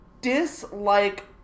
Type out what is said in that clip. dislike